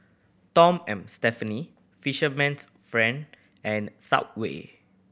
Tom and Stephanie Fisherman's Friend and Subway